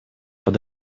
под